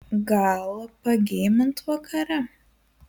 gal pageimint vakare